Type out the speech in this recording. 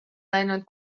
läinud